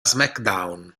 smackdown